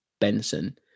Benson